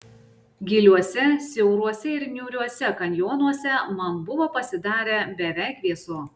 giliuose siauruose ir niūriuose kanjonuose man buvo pasidarę beveik vėsu